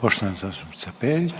**Reiner,